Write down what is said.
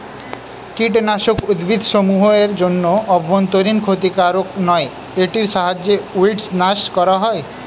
কীটনাশক উদ্ভিদসমূহ এর জন্য অভ্যন্তরীন ক্ষতিকারক নয় এটির সাহায্যে উইড্স নাস করা হয়